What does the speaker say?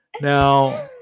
Now